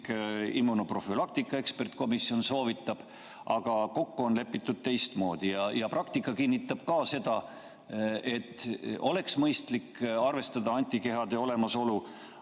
immunoprofülaktika ekspertkomisjon soovitab, aga kokku on lepitud teistmoodi. Praktika kinnitab ka seda, et oleks mõistlik arvestada antikehade olemasolu,